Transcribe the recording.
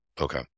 Okay